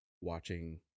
watching